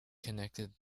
connected